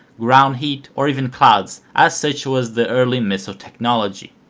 ground heat or even clouds as such was the early missile technology.